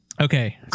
Okay